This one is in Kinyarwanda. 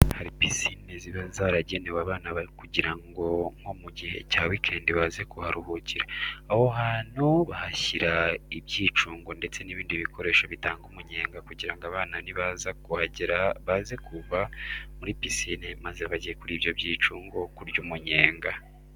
Hari pisine ziba zaragenewe abana kugira ngo nko mu gihe cya weekend baze kuharuhukira. Aho hantu bahashyira ibyicungo ndetse n'ibindi bikoresho bitanga umenyenga kugira ngo abana nibaza kuhagera baze kuva muri pisine maze bajye kuri ibyo byicungo kurya umunyenga.